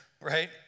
right